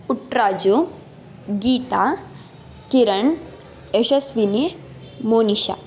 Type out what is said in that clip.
Putt Raju Geetha Kiran Yashaswini Monisha